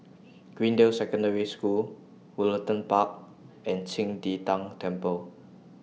Greendale Secondary School Woollerton Park and Qing De Tang Temple